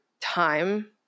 time